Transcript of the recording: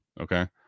Okay